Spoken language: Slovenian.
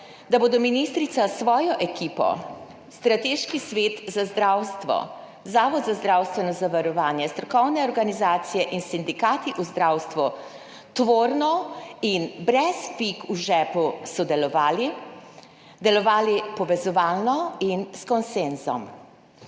da bodo ministrica s svojo ekipo, strateški svet za zdravstvo, Zavod za zdravstveno zavarovanje, strokovne organizacije in sindikati v zdravstvu tvorno in brez pik v žepu sodelovali, delovali povezovalno in s konsenzom,